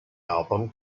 album